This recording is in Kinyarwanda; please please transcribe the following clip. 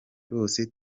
bose